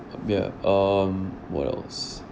ya um what else